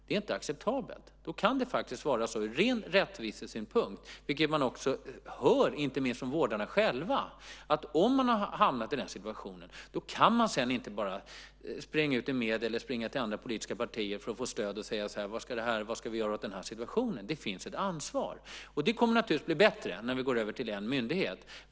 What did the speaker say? Det är inte acceptabelt. Ur ren rättvisesynpunkt - det hör man inte minst från vårdarna själva - kan man i den situationen inte bara springa ut i medierna eller till andra politiska partier för att få stöd och fråga vad man ska göra åt situationen. Det finns ett ansvar. Det kommer naturligtvis att bli bättre när vi går över till en myndighet.